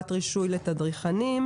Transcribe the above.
נדרשים.